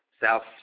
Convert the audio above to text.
South